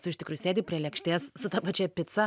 tu iš tikrųjų sėdi prie lėkštės su ta pačia pica